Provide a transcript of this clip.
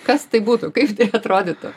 kas tai būtų kaip tai atrodytų